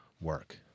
work